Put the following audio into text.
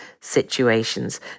situations